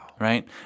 Right